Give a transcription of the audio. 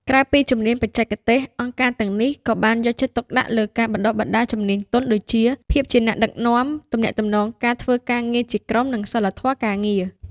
ក្រៅពីជំនាញបច្ចេកទេស អង្គការទាំងនេះក៏បានយកចិត្តទុកដាក់លើការបណ្តុះបណ្តាលជំនាញទន់ដូចជា ភាពជាអ្នកដឹកនាំ ទំនាក់ទំនងការធ្វើការងារជាក្រុម និងសីលធម៌ការងារ។